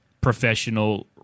professional